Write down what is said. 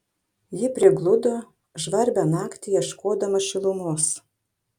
ji prigludo žvarbią naktį ieškodama šilumos